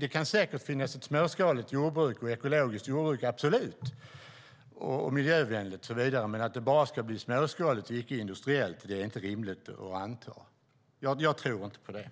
Det kan säkert finnas ett småskaligt jordbruk som är ekologiskt och miljövänligt och så vidare - absolut. Men att det bara ska bli småskaligt och icke industriellt är inte rimligt att anta. Jag tror inte på det.